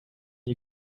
you